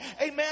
Amen